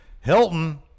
Hilton